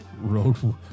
road